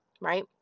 right